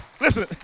Listen